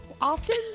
often